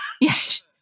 yes